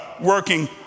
working